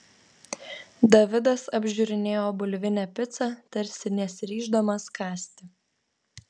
davidas apžiūrinėjo bulvinę picą tarsi nesiryždamas kąsti